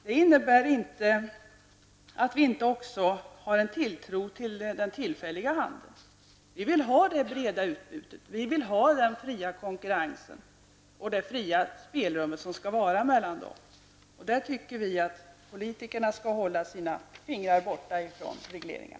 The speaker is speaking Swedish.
Det innebär inte att vi inte har en tilltro till den tillfälliga handeln. Vi vill ha ett brett utbud, fri konkurrens och det fria spelrum som skall finnas. Vi tycker att politikerna skall hålla sina fingrar borta från regleringar.